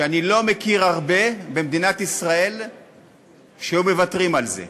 ואני לא מכיר רבים במדינת ישראל שהיו מוותרים על זה.